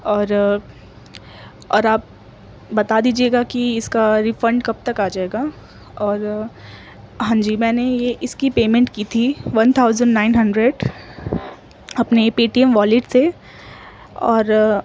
اور اور آپ بتا دیجیے گا کہ اس کا ریفنڈ کب تک آ جائے گا اور ہاں جی میں نے اس کی پیمنٹ کی تھی ون تھاؤزینڈ نائن ہنڈریڈ اپنے ہی پے ٹی ایم والیٹ سے اور